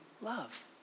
love